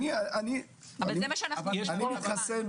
אני אתחסן,